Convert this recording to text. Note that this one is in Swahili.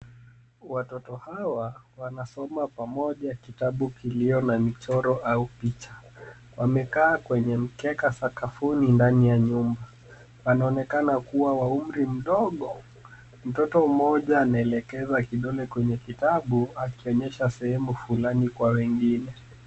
Watoto hawa wanasoma pamoja kitabu kiliyo na michoro au picha. Wamekaa kwenye mkeka sakafuni ndani ya nyumba. Wanaonekana kuwa wa umri mdogo. Mtoto mmoja anaelekeza kidole kwenye kitabu akionyesha sehemu fulani kwa wengine.